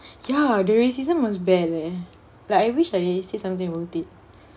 ya the racism was bad leh like I wish I said something about it